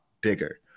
bigger